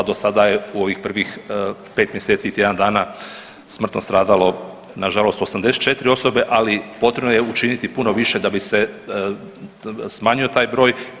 Do sada je u ovih prvih 5 mjeseci i tjedan dana smrtno stradalo na žalost 84 osobe, ali potrebno je učiniti puno više da bi se smanjio taj broj.